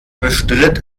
bestritt